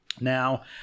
Now